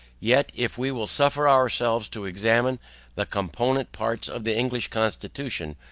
yet if we will suffer ourselves to examine the component parts of the english constitution,